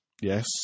Yes